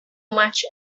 much